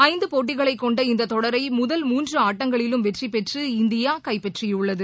ஐந்து போட்டிகளைக் கொண்ட இந்த தொடரை முதல் மூன்று ஆட்டங்களிலும் வெற்றிபெற்று இந்தியா கைப்பற்றியுள்ளது